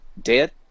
dead